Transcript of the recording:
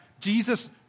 Jesus